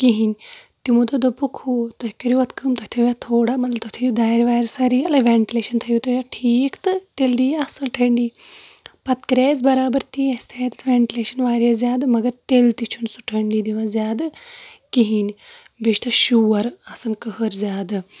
کِہیٖنۍ تِمو دوٚپ دوٚپُکھ ہُہ تُہۍ کٔرِو اَتھ کٲم تُہۍ تھٲیِو اَتھ تھوڑا مَطلب تُہۍ تھٲیِو دارِ وارِ سارے یلٕے وینٹِلیشن تھٲیِو تُہۍ اَتھ ٹھیٖک تہٕ تیٚلہِ دی یہِ اَصٕل ٹھٔنٛڈی پتہٕ کَرے اسہِ بَرابر تی اسہِ تھایے اَتھ وینٹِلیشن واریاہ زِیادٕ مگر تیٚلہِ تہِ چھُنہٕ سُہ ٹھٔنٛڈی دِوان زِیادٕ کِہیٖنۍ بییٚہِ چھُ تَتھ شور آسَان کٕہٕر زِیادٕ